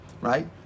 right